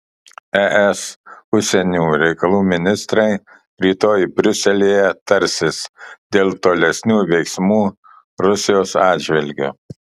es užsienio reikalų ministrai rytoj briuselyje tarsis dėl tolesnių veiksmų rusijos atžvilgiu